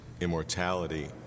immortality